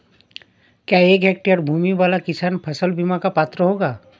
क्या एक हेक्टेयर भूमि वाला किसान फसल बीमा का पात्र होगा?